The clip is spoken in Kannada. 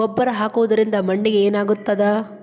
ಗೊಬ್ಬರ ಹಾಕುವುದರಿಂದ ಮಣ್ಣಿಗೆ ಏನಾಗ್ತದ?